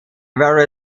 very